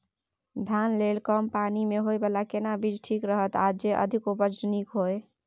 धान लेल कम पानी मे होयबला केना बीज ठीक रहत आर जे अधिक उपज नीक होय?